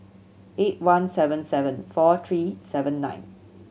eight one seven seven four three seven nine